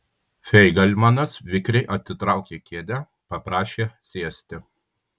feigelmanas vikriai atitraukė kėdę paprašė sėsti